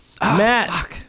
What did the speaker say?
Matt